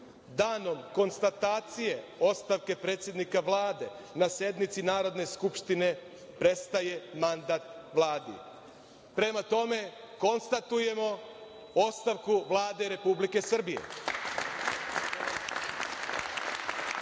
Danom konstatacije ostavke predsednika Vlade na sednici Narodne skupštine prestaje mandat Vladi. Prema tome, konstatujemo ostavku Vlade Republike Srbije. Molim